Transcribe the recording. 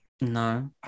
No